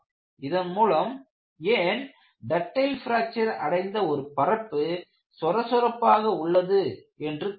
இதன் மூலம் ஏன் டக்டைல் பிராக்ச்சர் அடைந்த ஒரு பரப்பு சொரசொரப்பாக உள்ளது என்று தெரியவரும்